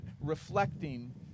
reflecting